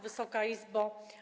Wysoka Izbo!